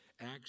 Acts